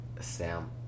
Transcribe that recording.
Sam